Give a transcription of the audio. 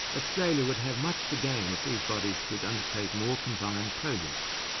australia would have much to gain if these bodies could undertake more combined projects.